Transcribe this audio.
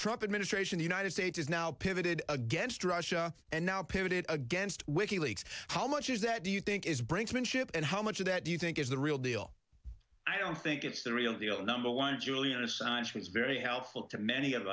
truck that ministration the united states is now pivoted against russia and now pitted against wiki leaks how much is that do you think is brinksmanship and how much of that do you think is the real deal i don't think it's the real deal number one julian assange is very helpful to many of